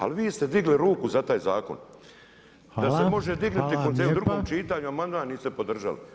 Ali vi ste digli ruku za taj zakon [[Upadica Reiner: Hvala vam lijepa.]] To se može dignut po drugom čitanju, amandman niste podržali.